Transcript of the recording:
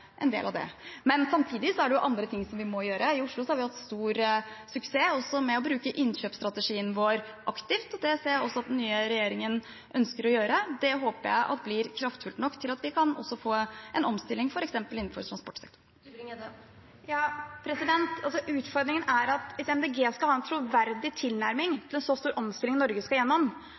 en del av det. Samtidig er det andre ting vi må gjøre. I Oslo har vi hatt stor suksess med å bruke innkjøpsstrategien vår aktivt, og det ser jeg også at den nye regjeringen ønsker å gjøre. Det håper jeg blir kraftfullt nok til at vi også kan få til en omstilling f.eks. innenfor transportsektoren. Utfordringen er at hvis Miljøpartiet De Grønne skal ha en troverdig tilnærming til en så stor omstilling som Norge skal